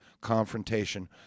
confrontation